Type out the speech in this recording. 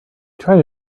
tried